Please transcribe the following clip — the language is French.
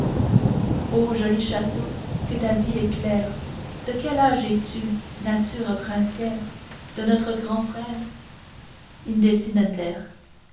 o joli château que ta vie est claire de quel age es-tu nature princière de notre grand frère